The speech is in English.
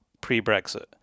pre-Brexit